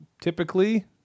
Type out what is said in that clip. typically